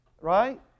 Right